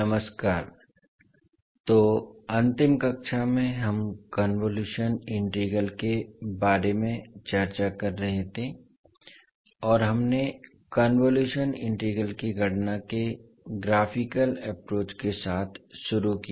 नमस्कार तो अंतिम कक्षा में हम कन्वोलुशन इंटीग्रल के बारे में चर्चा कर रहे थे और हमने कन्वोलुशन इंटीग्रल की गणना के ग्राफिकल एप्रोच के साथ शुरू किया